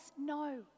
No